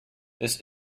this